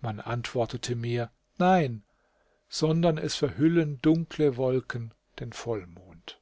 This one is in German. man antwortete mir nein sondern es verhüllen dunkle wolken den vollmond